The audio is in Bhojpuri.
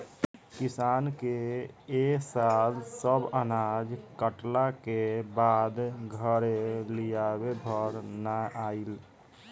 किसान के ए साल सब अनाज कटला के बाद घरे लियावे भर ना भईल